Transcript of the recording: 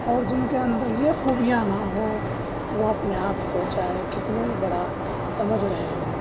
اور جن کے اندر یہ خوبیاں نہ ہو وہ اپنے آپ کو چاہے کتنوں ہی بڑا سمجھ رہے ہوں